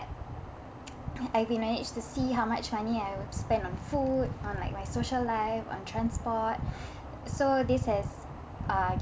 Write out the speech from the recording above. I can manage to see how much money I spend on food on like my social life on transport so this has uh